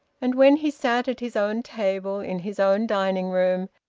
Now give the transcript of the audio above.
and when he sat at his own table, in his own dining-room,